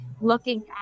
looking